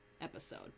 episode